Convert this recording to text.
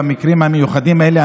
במקרים המיוחדים האלה,